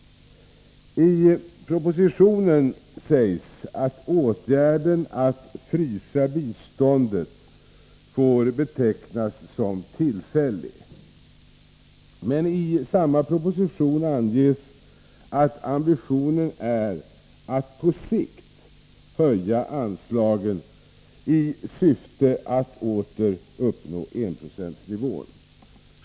I propositionen sägs att åtgärden att frysa biståndet ”får betecknas som tillfälligt”. Men isamma proposition anges att ambitionen är att ”på sikt höja anslagen i syfte att åter uppnå enprocentsnivån”.